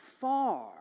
far